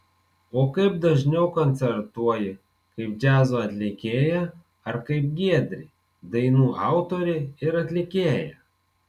o kaip dažniau koncertuoji kaip džiazo atlikėja ar kaip giedrė dainų autorė ir atlikėja